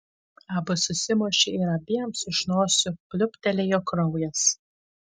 abu susimušė ir abiems iš nosių pliūptelėjo kraujas